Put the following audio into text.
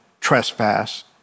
trespass